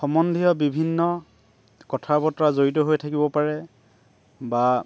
সম্বন্ধীয় বিভিন্ন কথা বতৰা জড়িত হৈ থাকিব পাৰে বা